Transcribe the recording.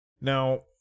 Now